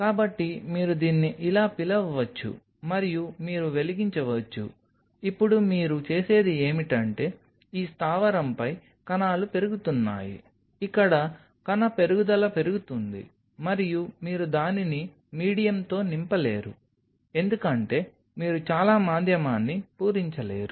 కాబట్టి మీరు దీన్ని ఇలా పిలవవచ్చు మరియు మీరు వెలిగించవచ్చు ఇప్పుడు మీరు చేసేది ఏమిటంటే ఈ స్థావరంపై కణాలు పెరుగుతున్నాయి ఇక్కడ కణ పెరుగుదల పెరుగుతుంది మరియు మీరు దానిని మీడియంతో నింపలేరు ఎందుకంటే మీరు చాలా మాధ్యమాన్ని పూరించలేరు